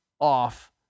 off